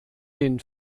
den